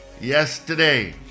yesterday